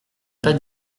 pas